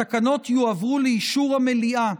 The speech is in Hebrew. התקנות יועברו לאישור המליאה,